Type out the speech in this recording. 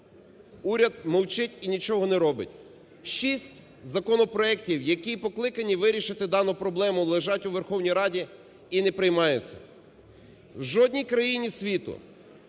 уряд мовчить і нічого не робить. Шість законопроектів, які покликані вирішити дану проблему, лежать у Верховній Раді і не приймаються. В жодній країні світу